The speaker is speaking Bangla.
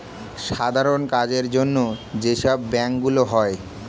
সাধারণ কাজের জন্য যে সব ব্যাংক গুলো হয়